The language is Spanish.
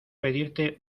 pedirte